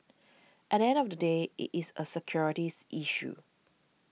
at end of the day it is a securities issue